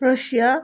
Russia